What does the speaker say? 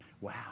Wow